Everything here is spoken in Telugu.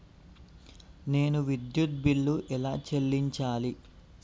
నేను విద్యుత్ బిల్లు ఎలా చెల్లించాలి?